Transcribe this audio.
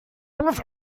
bloß